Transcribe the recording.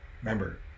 Remember